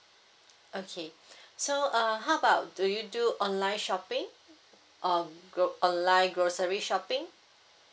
okay so uh how about do you do online shopping or gro~ online grocery shopping